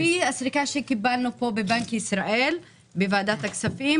על פי הסקירה שקיבלנו בבנק ישראל בוועדת הכספים,